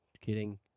Kidding